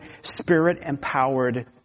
spirit-empowered